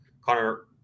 Connor